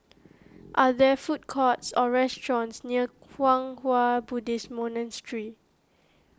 are there food courts or restaurants near Kwang Hua Buddhist Monastery